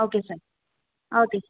okay sir